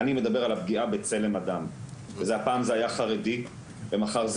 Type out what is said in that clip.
אני מדבר על הפגיעה בצלם אדם והפעם זה היה חרדי ומחר זה